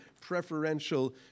preferential